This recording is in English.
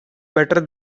better